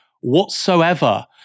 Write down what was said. whatsoever